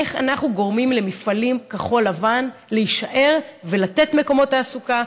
איך אנחנו גורמים למפעלים כחול-לבן להישאר ולתת מקומות תעסוקה,